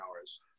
hours